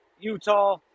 Utah